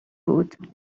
بود